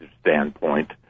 standpoint